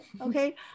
okay